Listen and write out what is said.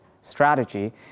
strategy